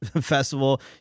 Festival